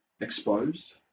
exposed